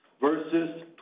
versus